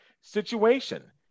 situation